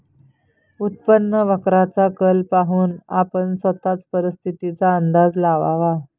उत्पन्न वक्राचा कल पाहून आपण स्वतःच परिस्थितीचा अंदाज लावावा